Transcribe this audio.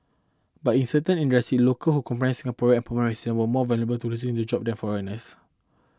but in certain industry local who comprise Singaporean and permanent residents were more vulnerable to losing their job than foreigners